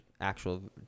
actual